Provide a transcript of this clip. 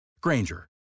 Granger